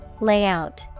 Layout